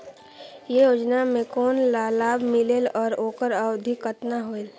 ये योजना मे कोन ला लाभ मिलेल और ओकर अवधी कतना होएल